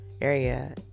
area